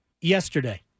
yesterday